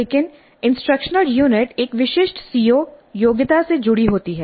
लेकिन instructional unit एक विशिष्ट सीओ योग्यता से जुड़ी होती है